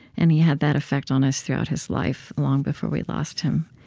and he had that effect on us throughout his life, long before we lost him.